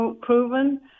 proven